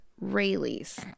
Rayleigh's